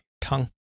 tongue